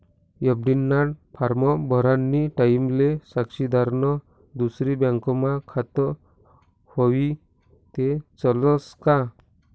FD ना form भरानी टाईमले साक्षीदारनं दुसरी बँकमा खातं व्हयी ते चालस का